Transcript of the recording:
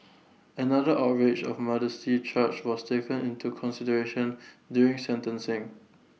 another outrage of modesty charge was taken into consideration during sentencing